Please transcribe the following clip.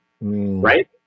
right